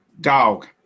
dog